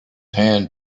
hand